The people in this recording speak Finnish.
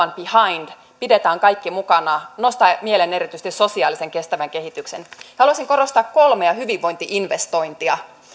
behind pidetään kaikki mukana nostaa mieleen erityisesti sosiaalisen kestävän kehityksen haluaisin korostaa kolmea hyvinvointi investointia